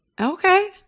Okay